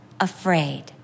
Afraid